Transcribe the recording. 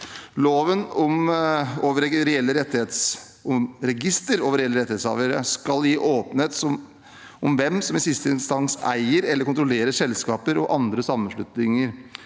Loven om register over reelle rettighetshavere skal gi åpenhet om hvem som i siste instans eier eller kontrollerer selskaper og andre sammenslutninger.